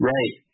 Right